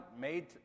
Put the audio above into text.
made